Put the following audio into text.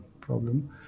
problem